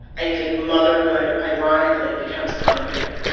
i think motherhood ironically becomes primary.